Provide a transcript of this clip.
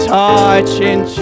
touching